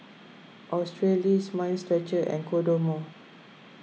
Australis Mind Stretcher and Kodomo